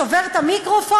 שובר את המיקרופון,